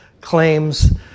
claims